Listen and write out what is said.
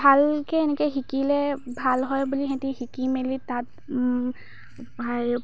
ভালকৈ এনেকৈ শিকিলে ভাল হয় বুলি ইহঁতি শিকি মেলি তাত